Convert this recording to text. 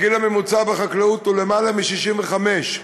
הגיל הממוצע בחקלאות הוא למעלה מ-65.